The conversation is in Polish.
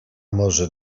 może